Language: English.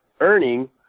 earning